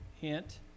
hint